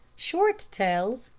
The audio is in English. short tails,